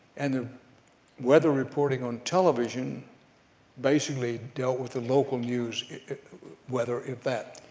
and the weather reporting on television basically dealt with the local news weather, if that.